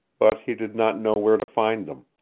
but he did not know where to find them.